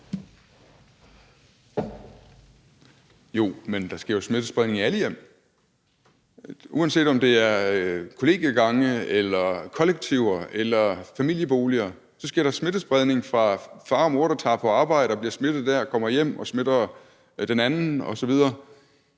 Jo, men der sker jo smittespredning i alle hjem. Uanset om det er kollegiegange eller kollektiver eller familieboliger, sker der smittespredning fra far eller mor, der tager på arbejde og bliver smittet der og kommer hjem og smitter den anden osv.